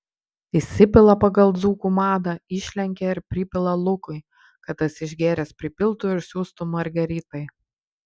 įsipila pagal dzūkų madą išlenkia ir pripila lukui kad tas išgėręs pripiltų ir siųstų margaritai